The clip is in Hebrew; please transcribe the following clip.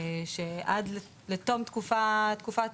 ועד תום תקופת